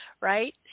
right